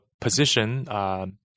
position